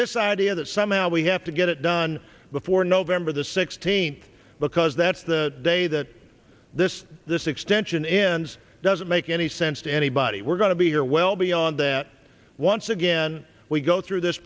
this idea that somehow we have to get it done before november the sixteenth because that's the day that this this extension ends doesn't make any sense to anybody we're going to be here well beyond that once again we go through this